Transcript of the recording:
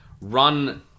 run